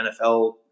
NFL